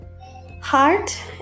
Heart